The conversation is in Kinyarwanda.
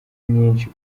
myinshi